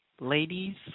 ladies